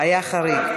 היה חריג.